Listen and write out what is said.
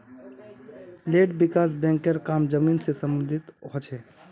land विकास बैंकेर काम जमीन से सम्बंधित ह छे